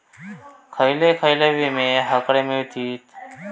खयले खयले विमे हकडे मिळतीत?